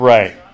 Right